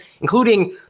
including